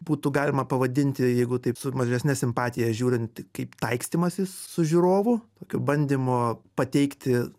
būtų galima pavadinti jeigu taip su mažesne simpatija žiūrint kaip taikstymasis su žiūrovu tokio bandymo pateikti